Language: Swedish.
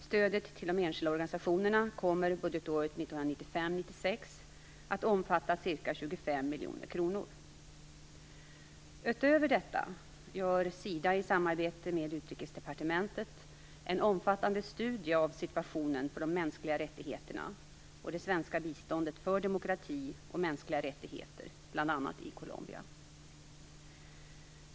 Stödet till de enskilda organisationerna kommer budgetåret 1995/96 att omfatta ca 25 miljoner kronor. Utöver detta gör SIDA i samarbete med Utrikesdepartementet en omfattande studie av situationen för de mänskliga rättigheterna och det svenska biståndet för demokrati och mänskliga rättigheter bl.a. i Colombia.